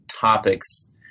topics